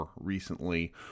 recently